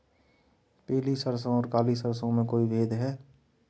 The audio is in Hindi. पीली सरसों और काली सरसों में कोई भेद है?